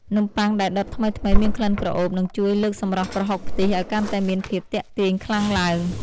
នំប៉័ងដែលដុតថ្មីៗមានក្លិនក្រអូបនឹងជួយលើកសម្រស់ប្រហុកខ្ទិះឱ្យកាន់តែមានភាពទាក់ទាញខ្លាំងឡើង។